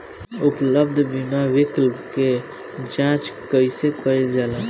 उपलब्ध बीमा विकल्प क जांच कैसे कइल जाला?